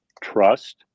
trust